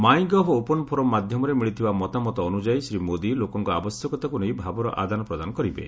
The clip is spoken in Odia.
ମାଇ ଗଭ୍ ଓପନ୍ ଫୋରମ୍ ମାଧ୍ୟମରେ ମିଳିଥିବା ମତାମତ ଅନୁଯାୟୀ ଶ୍ରୀ ମୋଦି ଲୋକଙ୍କ ଆବଶ୍ୟକତାକୁ ନେଇ ଭାବର ଆଦାନ ପ୍ରଦାନ କରିବେ